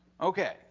Okay